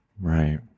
Right